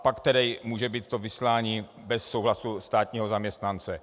Pak může být tedy to vyslání bez souhlasu státního zaměstnance.